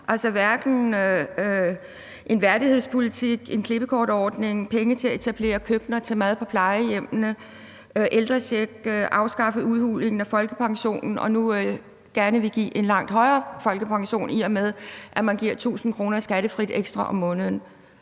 det gælder en værdighedspolitik, en klippekortordning, penge til at etablere køkkener til mad på plejehjemmene, ældrecheck eller afskaffelse af udhulingen af folkepensionen. Nu vil man så gerne give en langt højere folkepension, i og med at man giver 1.000 kr. skattefrit ekstra om måneden.